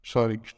Sorry